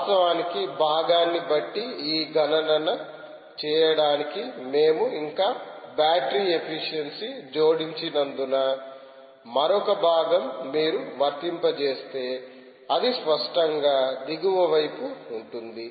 వాస్తవ భాగాన్ని బట్టి ఈ గణన చేయడానికి మేము ఇంకా బ్యాటరీ ఎఫిషియన్సీ జోడించనందున మరొక భాగం మీరు వర్తింప జేస్తే అది స్పష్టంగా దిగువ వైపు ఉంటుంది